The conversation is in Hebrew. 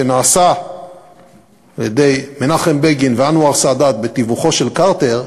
שנעשה על-ידי מנחם בגין ואנואר סאדאת בתיווכו של קרטר,